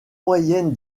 moyenne